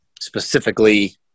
specifically